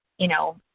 you know